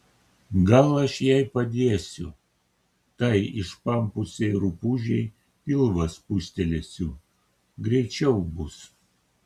gal aš jai padėsiu tai išpampusiai rupūžei pilvą spustelėsiu greičiau bus